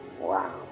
Wow